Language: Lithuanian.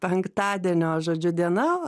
penktadienio žodžiu diena